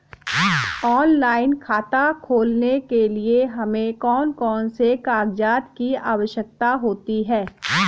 Online खाता खोलने के लिए हमें कौन कौन से कागजात की आवश्यकता होती है?